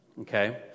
okay